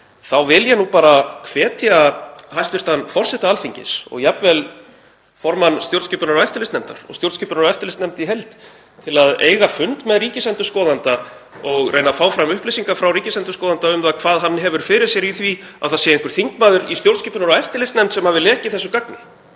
þá vil ég bara hvetja hæstv. forseta Alþingis og jafnvel formann stjórnskipunar- og eftirlitsnefndar og stjórnskipunar- og eftirlitsnefnd í heild til að eiga fund með ríkisendurskoðanda og reyna að fá fram upplýsingar frá honum um það hvað hann hefur fyrir sér í því að það sé einhver þingmaður í stjórnskipunar- og eftirlitsnefnd sem hafi lekið þessu gagni.